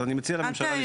אז אני מציע לממשלה לשקול.